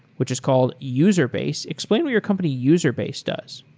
which is called userbase. explain what your company, userbase, does